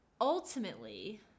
ultimately